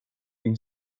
been